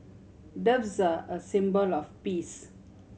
doves are a symbol of peace